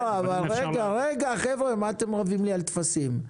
אבל רגע, רגע, חבר'ה! מה אתם רבים לי על טפסים?